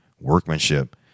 Workmanship